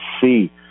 see